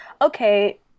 okay